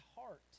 heart